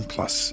Plus